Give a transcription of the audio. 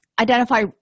Identify